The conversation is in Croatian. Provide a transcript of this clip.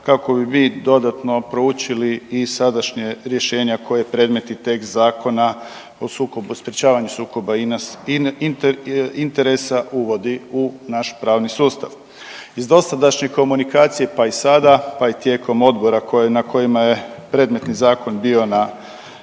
kako bi mi dodatno proučili i sadašnja rješenja koja predmetni tekst Zakona o sprečavanju sukoba interesa uvodi u naš pravni sustav. Iz dosadašnje komunikacije pa i sada pa i tijekom odbora na kojima je predmetni zakon bio na